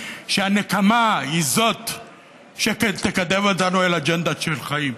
שהנקמה היא זאת שתקדם אותנו אל אג'נדה של חיים.